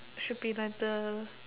should be like the